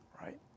right